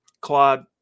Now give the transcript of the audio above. Claude